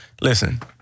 Listen